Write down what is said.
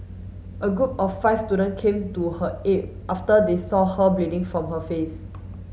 a group of five student came to her aid after they saw her bleeding from her face